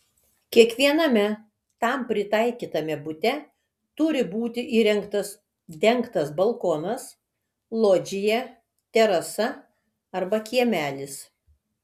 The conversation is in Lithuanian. kiekviename tam pritaikytame bute turi būti įrengtas dengtas balkonas lodžija terasa arba kiemelis